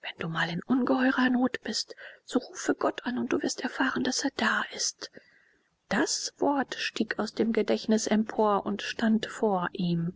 wenn du mal in ungeheurer not bist so rufe gott an und du wirst erfahren daß er ist das wort stieg aus dem gedächtnis empor und stand vor ihm